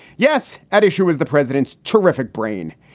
yes. at issue is the president's terrific brain.